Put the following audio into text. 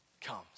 comes